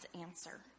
answer